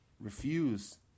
refuse